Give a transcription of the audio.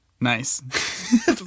Nice